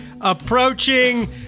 approaching